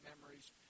memories